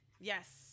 Yes